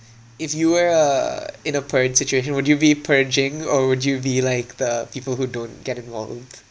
if you were uh in that point of situation would you be purging or would you be like the people who don't get involved